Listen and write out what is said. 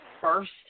first